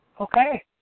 Okay